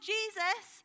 Jesus